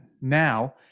Now